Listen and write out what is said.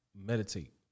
meditate